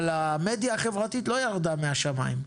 אבל המדיה החברתית לא ירדה מהשמיים.